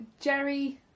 Jerry